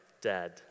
dead